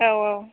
औ औ